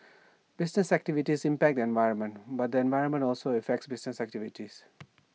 business activities impact the environment but the environment also affects business activities